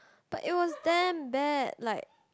but it was damn bad like